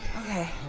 Okay